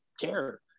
care